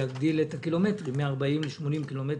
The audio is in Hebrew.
כשביקשנו להגדיל את הקילומטרים מ-40 ל-80 קילומטר,